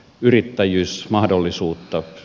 yrittäjyys mahdollisuutta